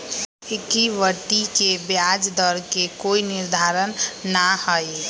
equity के ब्याज दर के कोई निर्धारण ना हई